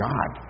God